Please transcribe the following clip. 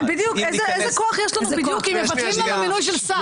איזה כוח יש לנו אם מבטלים לנו מינוי של שר?